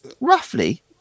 roughly